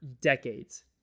decades